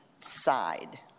side